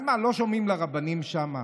אז מה, לא שומעים לרבנים שם?